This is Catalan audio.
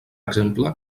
exemple